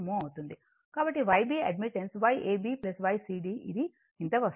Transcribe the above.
కాబట్టి Yfg admittance Yab Ycd ఇది ఇంత వస్తుంది